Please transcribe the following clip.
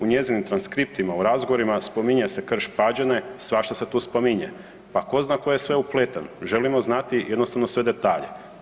U njezinim transkriptima u razgovorima spominje se Krš-Pađene, svašta se tu spominje, pa ko zna ko je sve upleten, želimo znati jednostavno sve detalje.